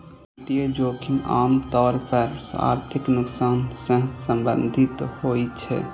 वित्तीय जोखिम आम तौर पर आर्थिक नुकसान सं संबंधित होइ छै